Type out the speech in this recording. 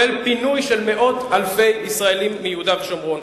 כולל פינוי של מאות אלפי ישראלים מיהודה ושומרון,